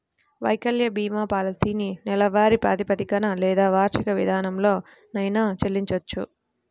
వైకల్య భీమా పాలసీలను నెలవారీ ప్రాతిపదికన లేదా వార్షిక విధానంలోనైనా చెల్లించొచ్చు